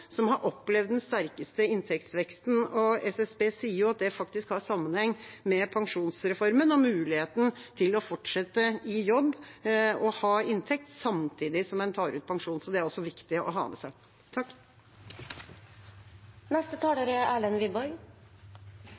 som har opplevd den sterkeste inntektsveksten. SSB sier at det faktisk har sammenheng med pensjonsreformen og muligheten til å fortsette i jobb og ha inntekt samtidig som en tar ut pensjon. Det er også viktig å ha med seg. Aller først tar jeg opp de forslagene Fremskrittspartiet er